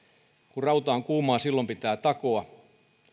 kun rauta on kuumaa silloin pitää takoa